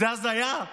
זו הזיה.